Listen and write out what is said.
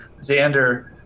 Xander